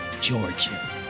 georgia